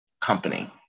company